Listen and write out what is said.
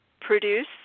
produce